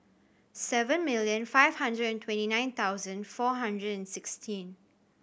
seven million five hundred and twenty nine thousand four hundred and sixteen